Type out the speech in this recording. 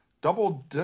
Double